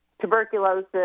tuberculosis